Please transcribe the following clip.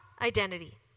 identity